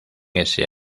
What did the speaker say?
ese